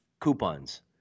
coupons